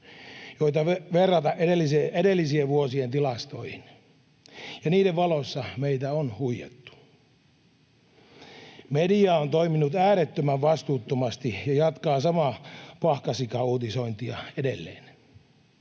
joita verrata edellisien vuosien tilastoihin, ja niiden valossa meitä on huijattu. Media on toiminut äärettömän vastuuttomasti ja jatkaa samaa pahkasikauutisointia edelleen.